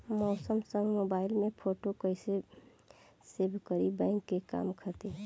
Samsung mobile में photo कैसे save करीं बैंक के काम खातिर?